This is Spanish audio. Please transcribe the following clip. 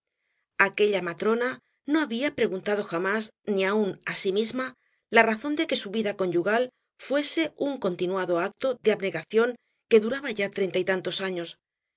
aquella matrona no había preguntado jamás ni aun á sí misma la razón de que su vida conyugal fuese un continuado acto de abnegación que duraba ya treinta y tantos años